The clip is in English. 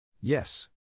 Yes